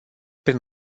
prin